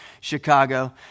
Chicago